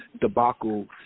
debacle